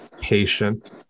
patient